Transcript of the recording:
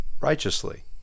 righteously